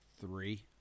three